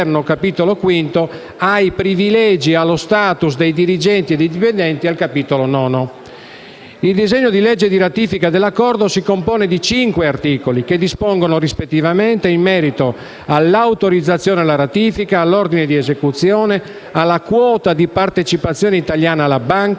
Il disegno di legge di ratifica dell'Accordo si compone di 5 articoli, che dispongono, rispettivamente, in merito all'autorizzazione alla ratifica, all'ordine di esecuzione, alla quota di partecipazione italiana alla Banca,